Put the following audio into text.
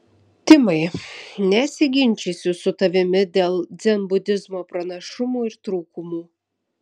timai nesiginčysiu su tavimi dėl dzenbudizmo pranašumų ir trūkumų